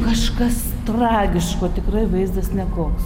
kažkas tragiško tikrai vaizdas nekoks